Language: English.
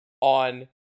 on